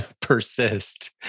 Persist